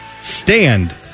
stand